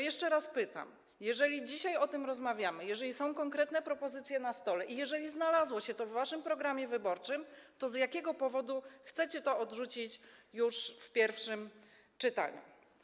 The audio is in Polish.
Jeszcze raz pytam: Jeżeli dzisiaj o tym rozmawiamy, jeżeli są konkretne propozycje na stole i jeżeli znalazło się to w waszym programie wyborczym, to z jakiego powodu chcecie to odrzucić już w pierwszym czytaniu?